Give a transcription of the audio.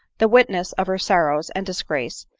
the witnesses of her sorrows and disgrace,